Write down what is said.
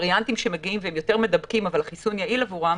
וריאנטים שמגיעים והם יותר מדבקים אבל החיסון יעיל עבורם,